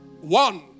One